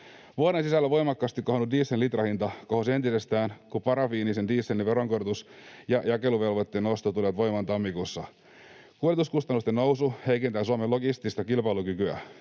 Vuoden sisällä voimakkaasti kohonnut dieselin litrahinta kohosi entisestään, kun parafiinisen dieselin veronkorotus ja jakeluvelvoitteen nosto tulivat voimaan tammikuussa. Kuljetuskustannusten nousu heikentää Suomen logistista kilpailukykyä.